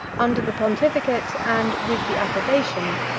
under the pontificate, and with the approbation,